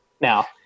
now